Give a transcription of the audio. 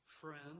friend